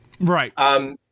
Right